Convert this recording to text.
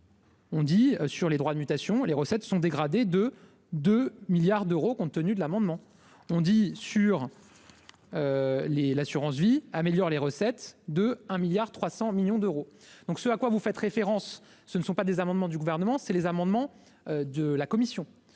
On dit sur les droits de mutation, les recettes sont dégradés de 2 milliards d'euros, compte tenu de l'amendement, on dit sur les l'assurance-vie améliorent les recettes de 1 milliard 300 millions d'euros, donc ce à quoi vous faites référence, ce ne sont pas des amendements du gouvernement, c'est les amendements de la commission